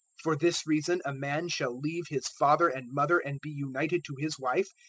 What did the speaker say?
for this reason a man shall leave his father and mother and be united to his wife,